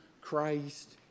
Christ